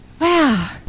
Wow